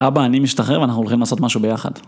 אבא אני משתחרר ואנחנו הולכים לעשות משהו ביחד.